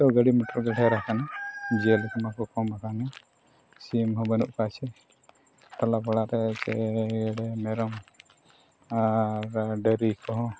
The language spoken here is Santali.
ᱛᱚ ᱜᱟᱹᱰᱤ ᱢᱚᱴᱚᱨ ᱜᱮ ᱟᱠᱟᱱᱟ ᱡᱤᱭᱟᱹᱞᱤ ᱠᱚᱢᱟ ᱠᱚ ᱠᱚᱢ ᱟᱠᱟᱱᱟ ᱥᱤᱢ ᱦᱚᱸ ᱵᱟᱹᱱᱩᱜ ᱠᱚᱣᱟ ᱪᱮ ᱡᱮ ᱢᱮᱨᱚᱢ ᱟᱨ ᱰᱟᱝᱨᱤ ᱠᱚᱦᱚ